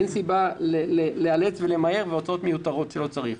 אין סיבה לאלץ או למהר ולהוציא הוצאות מיותרות שלא צריך.